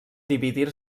dividir